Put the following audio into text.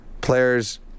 players